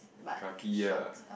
car key ah